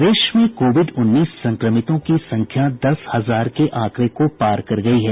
प्रदेश में कोविड उन्नीस संक्रमितों की संख्या दस हजार के आंकड़े को पार कर गयी है